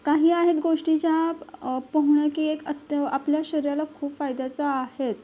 काही आहेत गोष्टी ज्या पोहणं की एक अत्त्या आपल्या शरीराला खूप फायद्याचं आहेच